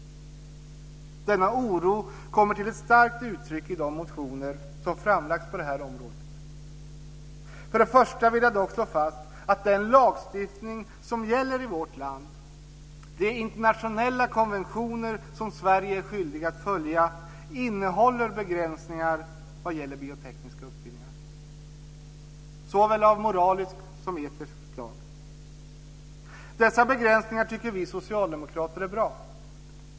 Denna oro kommer till starkt uttryck i de motioner som framlagts på detta område. För det första vill jag dock slå fast att den lagstiftning som gäller i vårt land, de internationella konventioner som Sverige är skyldigt att följa, innehåller begränsningar vad gäller biotekniska uppfinningar, begränsningar av etiskt och moraliskt slag. Dessa begränsningar tycker vi socialdemokrater är bra.